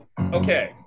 okay